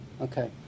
okay